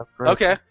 Okay